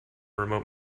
remote